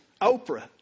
Oprah